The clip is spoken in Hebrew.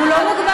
והוא לא מוגבל.